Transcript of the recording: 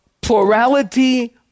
plurality